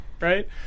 right